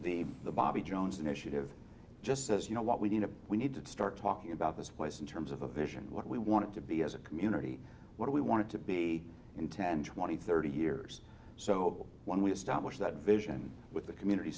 the the bobby jones initiative just says you know what we need to we need to start talking about this place in terms of a vision of what we want to be as a community what do we want to be in ten twenty thirty years so when we establish that vision with the community